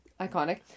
iconic